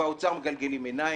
ובאוצר מגלגלים עיניים,